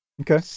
Okay